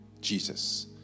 Jesus